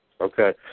Okay